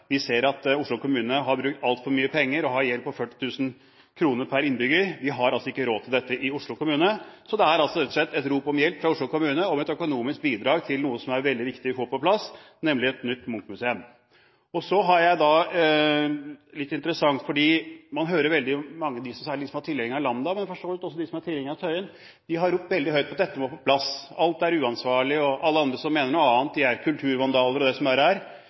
vi har. Vi ser at Oslo kommune har brukt altfor mye penger og har en gjeld på 40 000 kr per innbygger – vi har altså ikke råd til dette i Oslo kommune. Det er rett og slett et rop fra Oslo kommune om et økonomisk bidrag til noe som er veldig viktig å få på plass, nemlig et nytt Munch-museum. Man hører at særlig de som er tilhengere av Lambda, men for så vidt også de som er tilhengere av Tøyen, har ropt veldig høyt om å få dette på plass, at alt er uansvarlig og at alle andre som mener noe annet, er kulturvandaler og det som verre er. Men følgende er